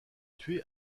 tuée